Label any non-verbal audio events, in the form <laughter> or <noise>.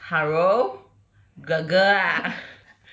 hello girl girl ah <laughs>